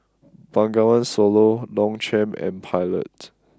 Bengawan Solo Longchamp and Pilot